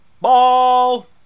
Ball